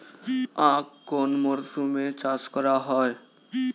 আখ কোন মরশুমে চাষ করা হয়?